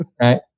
right